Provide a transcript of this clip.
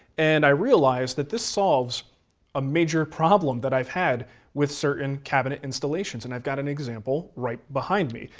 and i realized that this solves a major problem that i've had with certain cabinet installations, and i've got an example right behind me.